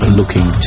looking